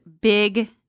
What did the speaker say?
big